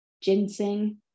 ginseng